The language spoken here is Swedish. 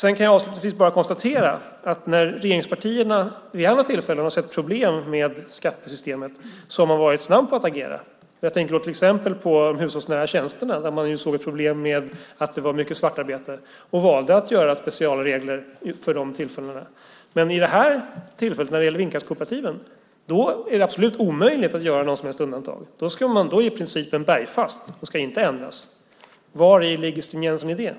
Jag kan konstatera att när regeringspartierna vid andra tillfällen har sett problem med skattesystemet har man varit snabb att agera. Jag tänker till exempel på de hushållsnära tjänsterna där man såg ett problem med att det var mycket svartarbete och valde att göra specialregler för detta. Men när det gäller vindkraftskooperativen är det absolut omöjligt att göra något som helst undantag. Då är principen bergfast och ska inte ändras. Var ligger stringensen i det?